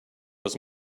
was